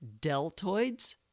deltoids